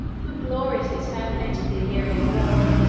who gloriously terminated the illyrian war,